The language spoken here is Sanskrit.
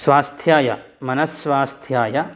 स्वास्थ्याय मनस्स्वास्थ्याय